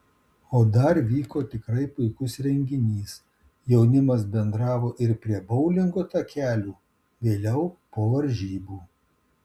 o dar vyko tikrai puikus renginys jaunimas bendravo ir prie boulingo takelių vėliau po varžybų